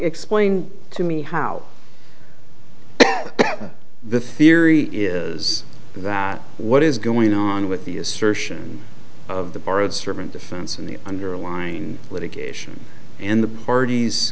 explain to me how the theory is that what is going on with the assertion of the borrowed servant defense and the underlying litigation in the part